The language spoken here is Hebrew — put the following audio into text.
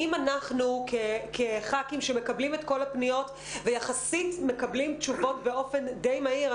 אנחנו כח"כים מקבלים את כל הפניות ויחסית מקבלים תשובות באופן די מהיר,